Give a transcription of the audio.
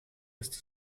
ist